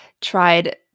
tried